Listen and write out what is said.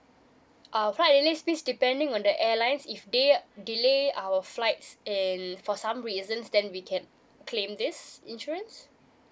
uh flight delay this depending on the airlines if they delay our flights and for some reasons then we can claim this insurance